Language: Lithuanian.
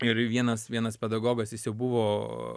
ir vienas vienas pedagogas jis jau buvo